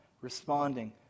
Responding